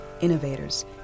innovators